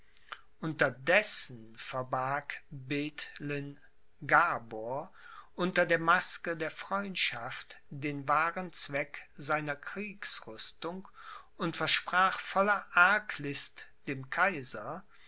unterdessen verbarg bethlen gabor unter der maske der freundschaft den wahren zweck seiner kriegsrüstung und versprach voller arglist dem kaiser